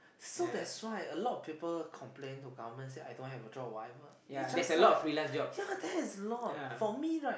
so that why a lot people complain to government say I don't have a job whatever it's just like ya that is a lot for me